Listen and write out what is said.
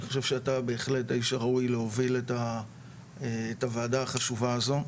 אני חושב שאתה בהחלט האיש הראוי להוביל את הוועדה החשובה הזו.